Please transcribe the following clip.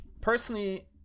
Personally